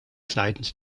seitens